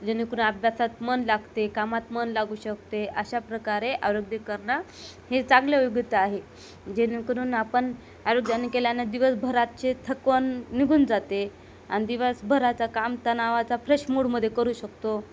जेणेकरून अभ्यासात मन लागते कामात मन लागू शकते अशा प्रकारे आरोग्य करणं हे चांगलं योग्यता आहे जेणेकरून आपण आरोग्याने केल्याने दिवसभरातचे थकवण निघून जाते आणि दिवसभराचा काम तणावाचा फ्रेश मूडमध्ये करू शकतो